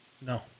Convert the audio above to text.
No